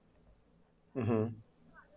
mmhmm